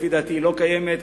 לפי דעתי לא קיימת,